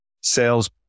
sales